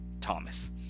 thomas